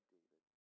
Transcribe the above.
David